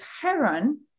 heron